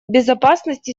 безопасность